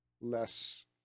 less